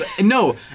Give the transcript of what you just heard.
No